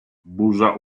burza